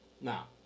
Now